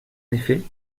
effet